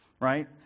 Right